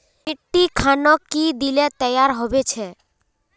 मिट्टी खानोक की दिले तैयार होबे छै?